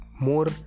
more